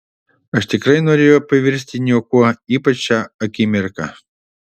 aš tikrai norėjau pavirsti niekuo ypač šią akimirką